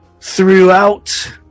throughout